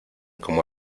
como